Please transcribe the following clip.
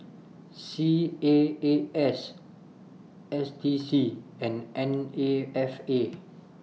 C A A S S D C and N A F A